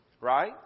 Right